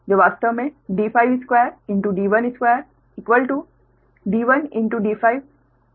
जो वास्तव में 2212 है